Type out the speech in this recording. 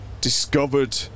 discovered